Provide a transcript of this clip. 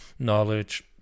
Knowledge